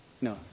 No